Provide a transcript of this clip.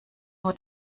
nur